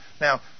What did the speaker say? Now